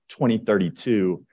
2032